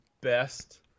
best